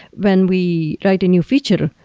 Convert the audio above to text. when we write a new feature,